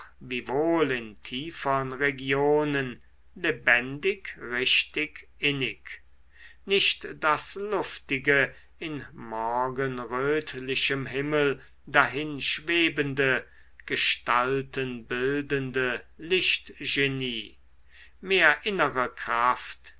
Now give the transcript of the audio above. wiewohl in tiefern regionen lebendig richtig innig nicht das luftige in morgenrötlichem himmel dahin schwebende gestalten bildende lichtgenie mehr innere kraft